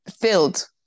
filled